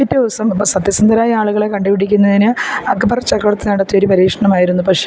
പിറ്റേ ദിവസം അപ്പം സത്യസന്ധരായ ആളുകളേ കണ്ടു പിടിക്കുന്നതിന് അക്ബര് ചക്രവര്ത്തി നടത്തിയൊരു പരീക്ഷണമായിരുന്നു പക്ഷേ